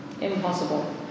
Impossible